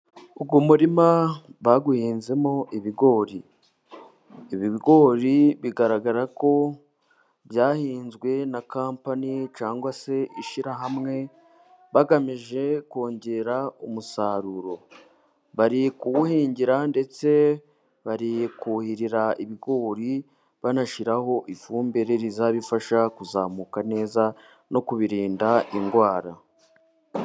Uyu murima bawuhinzemo ibigori, ibigori bigaragara ko byahinzwe na kampani cyangwa se ishyirahamwe bagamije kongera umusaruro. Bari kuwuhingira ndetse bari kuhirira ibigori, banashyiraho ifumbire izabifasha kuzamuka neza no kubirinda indwara.